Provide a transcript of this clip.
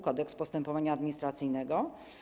Kodeks postępowania administracyjnego.